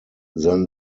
than